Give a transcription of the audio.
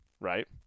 right